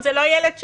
לא.